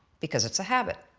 because it's a habit.